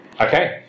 Okay